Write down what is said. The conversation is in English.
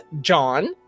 John